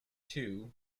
too